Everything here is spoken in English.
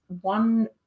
one